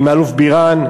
עם האלוף בירן.